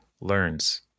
learns